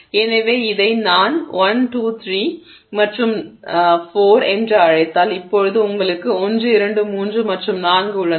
எனவே இதை நான் 1 2 3 மற்றும் 4 என்று அழைத்தால் இப்போது உங்களுக்கு 1 2 3 மற்றும் 4 உள்ளன